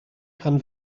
pan